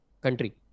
country